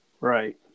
Right